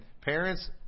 parents